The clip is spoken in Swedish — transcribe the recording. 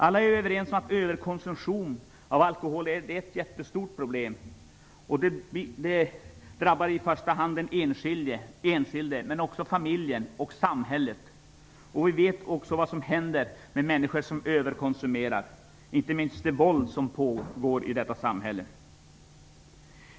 Alla är överens om att överkonsumtion av alkohol är ett jättestort problem och att det i första hand drabbar den enskilde, men också familjen och samhället. Vi vet också vad som händer med människor som överkonsumerar, inte minst det våld som pågår i detta samhälle.